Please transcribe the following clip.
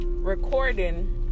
recording